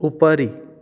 उपरि